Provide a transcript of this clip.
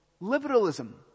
liberalism